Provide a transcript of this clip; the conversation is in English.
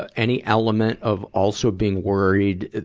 ah any element of also being worried,